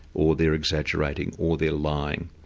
or they're exaggerating, or they're lying,